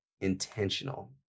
intentional